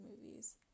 movies